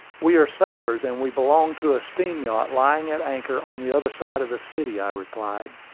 we are sailors, and we belong to a steam-yacht lying at anchor on the other side of the city, i replied.